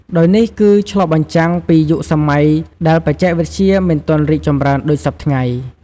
ដោយនេះគឺឆ្លុះបញ្ចាំងពីយុគសម័យដែលបច្ចេកវិទ្យាមិនទាន់រីកចម្រើនដូចសព្វថ្ងៃ។